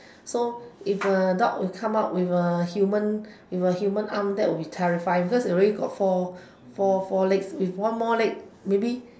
so if a dog will come out with a human with a human arm that will be terrifying because already got four four four legs if one more leg maybe